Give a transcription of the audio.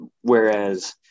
whereas